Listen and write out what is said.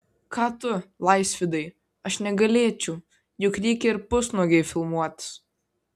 ką tu laisvydai aš negalėčiau juk reikia ir pusnuogei filmuotis